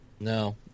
No